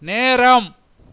நேரம்